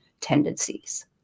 tendencies